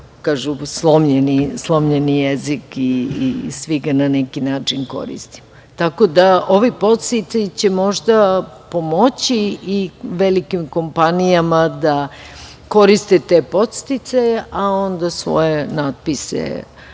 slomljeni jezik. Svi ga na neki način koristimo. Tako da ovi podsticaji će možda pomoći i velikim kompanijama da koriste te podsticaje, a onda svoje natpiše i